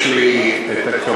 יש לי הכבוד